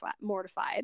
mortified